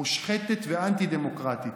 מושחתת ואנטי-דמוקרטית.